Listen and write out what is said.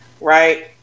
right